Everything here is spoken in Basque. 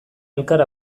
elkar